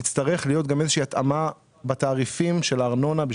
תצטרך להיות גם התאמה בתעריפים של הארנונה,